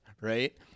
right